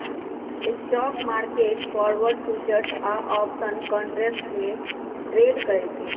stock market forward, futures या option contracts में trade करई छई